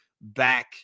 back